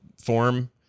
form